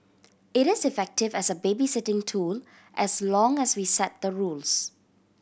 it is effective as a babysitting tool as long as we set the rules